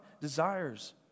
desires